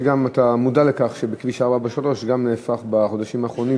אני מבין שגם אתה מודע לכך שכביש 443 גם נהפך בחודשים האחרונים,